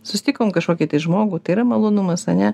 susitikom kažkokį tai žmogų tai yra malonumas ane